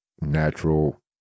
natural